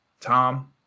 Tom